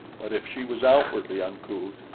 but if she was outwardly uncouth,